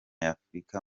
y’afurika